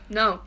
no